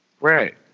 Right